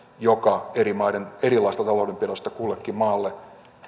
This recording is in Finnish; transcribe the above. joka eri maiden erilaisesta taloudenpidosta kullekin maalle